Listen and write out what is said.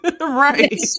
Right